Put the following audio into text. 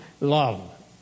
love